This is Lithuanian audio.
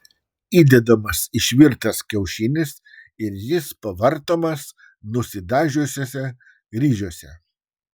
įdedamas išvirtas kiaušinis ir jis pavartomas nusidažiusiuose ryžiuose